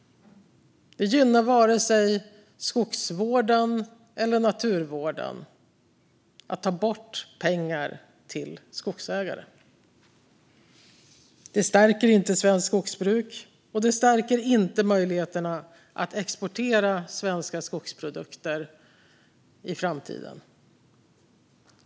Det gynnar varken skogsvården eller naturvården att ta bort pengar till skogsägare. Det stärker inte svenskt skogsbruk, och det stärker inte möjligheterna att exportera svenska skogsprodukter i framtiden.